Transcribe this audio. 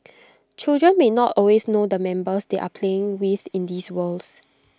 children may not always know the members they are playing with in these worlds